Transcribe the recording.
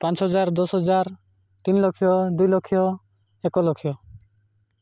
ପାଞ୍ଚ ହଜାର ଦଶ ହଜାର ତିନି ଲକ୍ଷ ଦୁଇ ଲକ୍ଷ ଏକ ଲକ୍ଷ